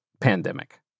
pandemic